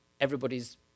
everybody's